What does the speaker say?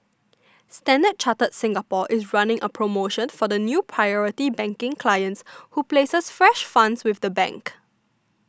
Standard Chartered Singapore is running a promotion for new Priority Banking clients who places fresh funds with the bank